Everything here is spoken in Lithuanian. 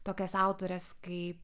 tokias autores kaip